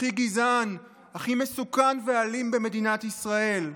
הכי גזען, הכי מסוכן ואלים במדינת ישראל.